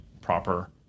proper